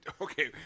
Okay